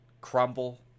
crumble